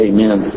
Amen